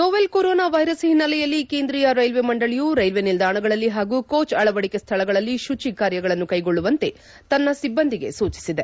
novel coronavirus ಹಿನ್ನೆಲೆಯಲ್ಲಿ ಕೇಂದ್ರಿಯ railway ಮಂಡಳಿಯು ರೈಲ್ವೆ ನಿಲ್ದಾಣಗಳಲ್ಲಿ ಹಾಗೂ ಕೋಚ್ ಅಳವಡಿಕೆ ಸ್ವಳಗಳಲ್ಲಿ ಶುಚಿ ಕಾರ್ಯಗಳನ್ನು ಕೈಗೊಳ್ಳುವಂತೆ ತನ್ನ ಸಿಬ್ಬಂದಿಗೆ ಸೂಚಿಸಿದೆ